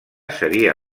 seria